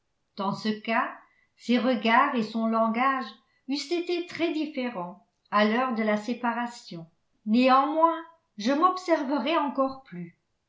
dans ce cas ses regards et son langage eussent été très différents à l'heure de la séparation néanmoins je m'observerai encore plus